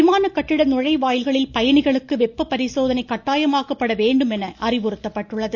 விமான கட்டிட நுழைவாயில்களில் பயணிகளுக்கு வெப்ப பரிசோதனை கட்டாயமாக்கப்பட வேண்டும் என அறிவுறுத்தப்பட்டுள்ளது